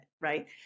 right